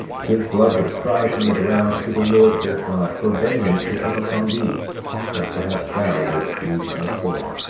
his blood would cry from the ground to the lord his god, for vengeance to come upon thee and perhaps thou wouldst lose thy soul.